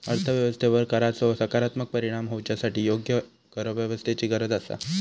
अर्थ व्यवस्थेवर कराचो सकारात्मक परिणाम होवच्यासाठी योग्य करव्यवस्थेची गरज आसा